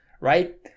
right